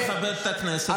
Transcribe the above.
מכבד את הכנסת,